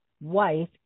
wife